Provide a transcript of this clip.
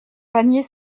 panier